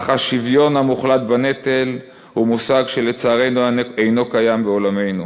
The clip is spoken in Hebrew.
אך השוויון המוחלט בנטל הוא מושג שלצערנו אינו קיים בעולמנו.